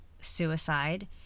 suicide